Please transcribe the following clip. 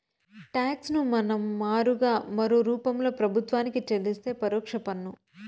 talks ను మన మారుగా మరోరూ ప్రభుత్వానికి చెల్లిస్తే పరోక్ష పన్ను